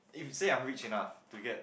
if say I'm rich enough to get